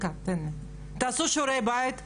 תעשו שיעורי בית,